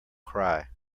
cry